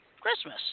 Christmas